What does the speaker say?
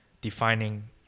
defining